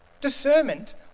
Discernment